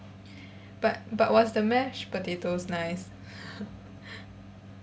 but but was the mashed potatoes nice